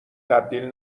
تبدیل